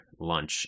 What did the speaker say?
lunch